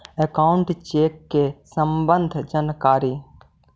Account check के सम्बन्ध जानकारी?